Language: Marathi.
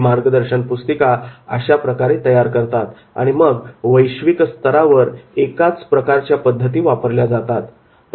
ही मार्गदर्शन पुस्तिका अशा प्रकारे तयार करतात आणि मग वैश्विक स्तरावर एकाच प्रकारच्या पद्धती वापरल्या जातात